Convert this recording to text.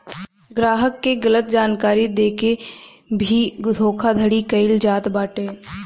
ग्राहक के गलत जानकारी देके के भी धोखाधड़ी कईल जात बाटे